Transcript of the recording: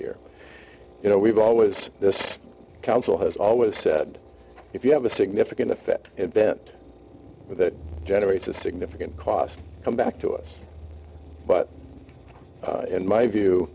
year you know we've always counsel has always said if you have a significant effect event that generates a significant cost come back to us but in my view